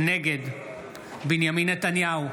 נגד בנימין נתניהו,